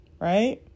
right